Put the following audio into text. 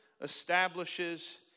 establishes